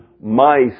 mice